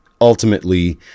ultimately